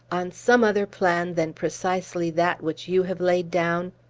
on some other plan than precisely that which you have laid down?